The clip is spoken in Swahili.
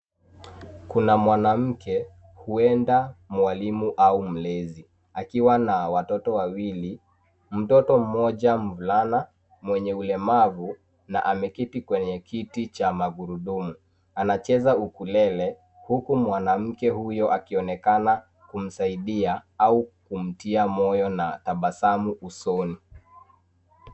Kuna mwanamke, huenda mwalimu au mlezi akiwa na watoto wawili. Mtoto mmoja mvulana mwenye ulemavu na ameketi kwenye kiti cha magurudumu anacheza ukulele huku mwanamke huyo akionekana kumsaidia au kumtia moyo na tabasamu usoni.